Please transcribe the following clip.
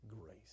grace